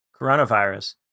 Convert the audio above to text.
coronavirus